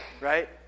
right